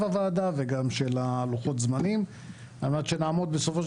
הוועדה וגם של לוחות הזמנים על מנת שנעמוד בסופו של